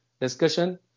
discussion